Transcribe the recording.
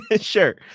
Sure